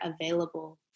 available